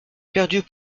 perdus